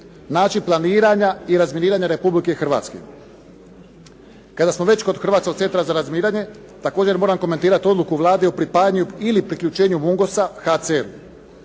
način planiranja i razminiranja Republike Hrvatske. Kada smo već kod Hrvatskog centra za razminiranje, također moram komentirati odluku Vlade o pripajanju ili priključenju Mungosa HCR-u.